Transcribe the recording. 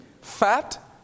fat